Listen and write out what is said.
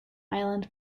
island